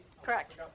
Correct